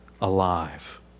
alive